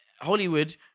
Hollywood